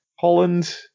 Holland